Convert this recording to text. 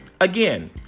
Again